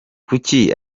kuki